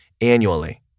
annually